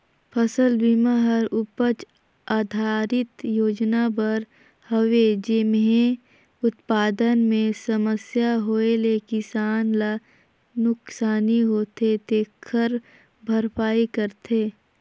फसल बिमा हर उपज आधरित योजना बर हवे जेम्हे उत्पादन मे समस्या होए ले किसान ल नुकसानी होथे तेखर भरपाई करथे